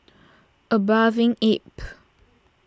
A Bathing Ape